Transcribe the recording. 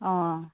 অঁ